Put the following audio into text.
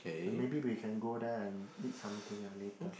maybe we can go there and eat something ah later